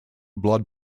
blood